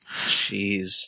Jeez